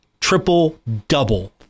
triple-double